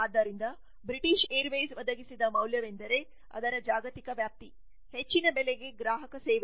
ಆದ್ದರಿಂದ British Airways ಒದಗಿಸಿದ ಮೌಲ್ಯವೆಂದರೆ ಅದರ ಜಾಗತಿಕ ವ್ಯಾಪ್ತಿ ಹೆಚ್ಚಿನ ಬೆಲೆಗೆ ಗ್ರಾಹಕ ಸೇವೆ